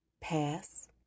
Pass